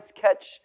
catch